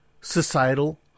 societal